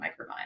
microbiome